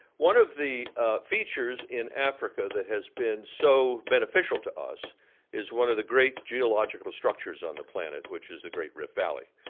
one of the features in africa that has been so beneficial to us is one of the great geological structures on the planet, which is the great rift valley.